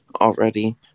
already